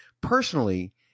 personally